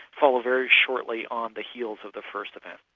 followed very shortly on the heels of the first event.